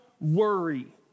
worry